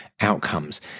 outcomes